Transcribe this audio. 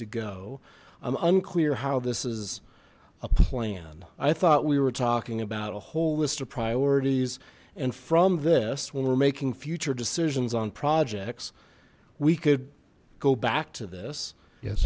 to go i'm unclear how this is a plan i thought we were talking about a whole list of priorities and from this when we're making future decisions on projects we could go back to this yes